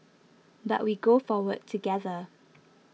but we go forward together